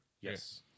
Yes